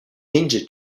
ninja